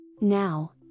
Now